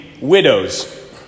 widows